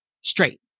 straight